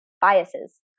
biases